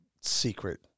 secret